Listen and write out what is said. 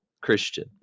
Christian